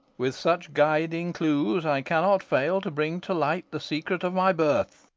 with such guiding clues i cannot fail to bring to light the secret of my birth.